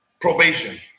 probation